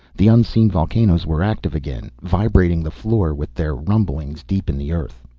the unseen volcanoes were active again, vibrating the floor with their rumblings deep in the earth.